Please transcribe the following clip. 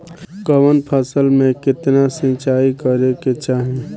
कवन फसल में केतना सिंचाई करेके चाही?